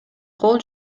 кол